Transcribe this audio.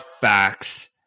facts